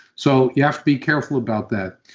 so you have to be careful about that.